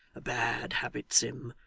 a bad habit, sim,